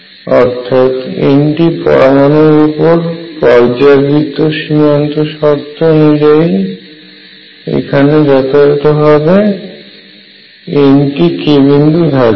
অর্থাৎ N টি পরমানুর উপর পর্যায়বৃত্ত সীমান্ত শর্ত অনুযায়ী এখানে যথাযথ ভাবে N টি k বিন্দু থাকে